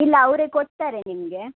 ಇಲ್ಲ ಅವರೆ ಕೊಡ್ತಾರೆ ನಿಮಗೆ